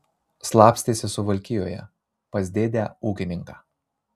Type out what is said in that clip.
slapstėsi suvalkijoje pas dėdę ūkininką